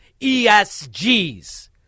ESGs